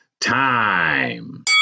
time